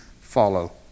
follow